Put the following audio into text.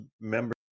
members